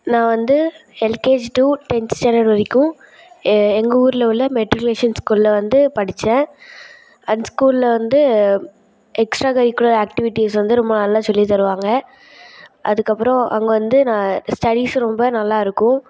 நான் வந்து LKG to tenth standard வரைக்கும் எ எங்கள் ஊரில் உள்ள மெட்ரிகுலேஷன் ஸ்கூலில் வந்து படிச்சேன் அந்த ஸ்கூலில் வந்து எக்ஸ்ட்ராக்கரிக்குலர் ஆக்ட்டிவிட்டிஸ் வந்து ரொம்ப நல்லா சொல்லித்தருவாங்க அதுக்கு அப்புறோம் அங்கே வந்து நான் ஸ்டடிஸ்ஸு ரொம்ப நல்லா இருக்கும்